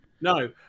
No